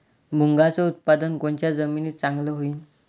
मुंगाचं उत्पादन कोनच्या जमीनीत चांगलं होईन?